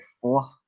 four